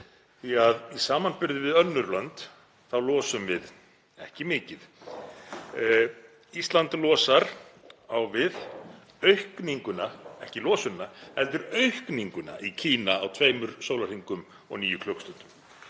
Því að í samanburði við önnur lönd þá losum við ekki mikið. Ísland losar á við aukninguna, ekki losunina heldur aukninguna, í Kína á tveimur sólarhringum og níu klukkustundum.